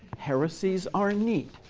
heresies are neat.